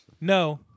No